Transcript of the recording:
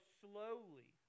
slowly